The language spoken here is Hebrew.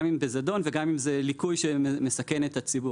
גם אם זה זדון וגם אם זה ליקוי שמסכן את הציבור,